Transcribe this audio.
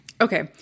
okay